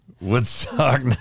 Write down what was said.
woodstock